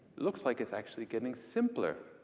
looks like it's actually getting simpler.